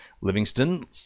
Livingston